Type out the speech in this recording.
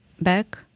back